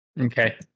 Okay